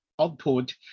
output